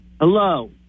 Hello